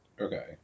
Okay